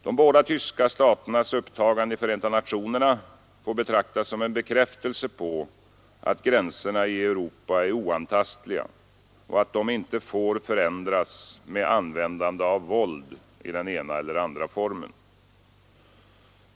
De båda tyska staternas upptagande i Förenta nationerna får betraktas som en bekräftelse på att gränserna i Europa är oantastliga och inte får förändras med användande av våld i ena eller andra formen.